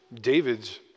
David's